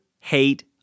hate